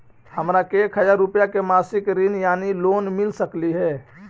हमरा के एक हजार रुपया के मासिक ऋण यानी लोन मिल सकली हे?